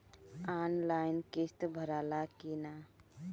Online किस्त भराला कि ना?